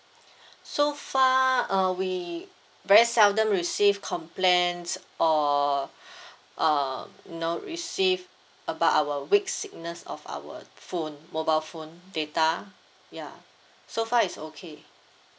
so far uh we very seldom receive complains or um know receive about our weak signals of our phone mobile phone data ya so far it's okay